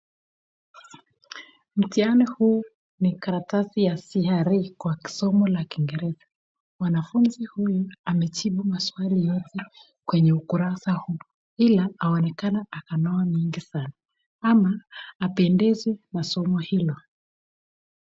Mtihani huu ni karatasi ya CRE kwa somo la kingereza. Mwanafunzi huyu amejibu maswali yote kwenye ukurasa huu, ila aonekana amenoa mingi sana ama hapendezwi na masomo hilo.